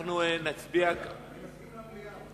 אני מסכים למליאה.